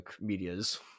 media's